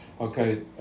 okay